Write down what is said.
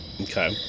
Okay